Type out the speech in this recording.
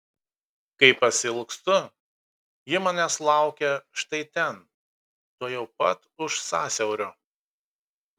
kai pasiilgstu ji manęs laukia štai ten tuojau pat už sąsiaurio